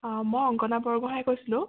অ' মই অংকনা বৰগোঁহাইয়ে কৈছিলোঁ